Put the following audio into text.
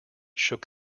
shook